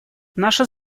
наша